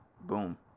boom